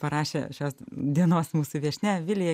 parašė šios dienos mūsų viešnia vilija